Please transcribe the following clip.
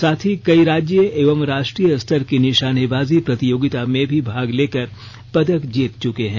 साथ ही कई राज्य एवं राष्ट्रीय स्तर की निशानेबाजी प्रतियोगिता में भी भाग लेकर पदक जीत चुका है